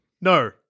no